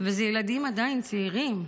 ואלה עדיין ילדים צעירים.